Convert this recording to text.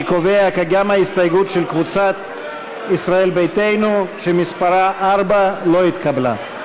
אני קובע כי גם ההסתייגות של קבוצת ישראל ביתנו שמספרה 4 לא התקבלה.